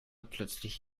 plötzlich